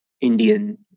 Indian